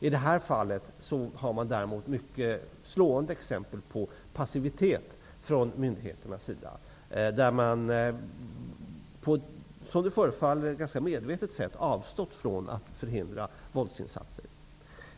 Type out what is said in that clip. I det här fallet finns det däremot slående exempel på passivitet från myndigheternas sida -- man har på ett som det förefaller medvetet sätt avstått från att förhindra våldsinsatser.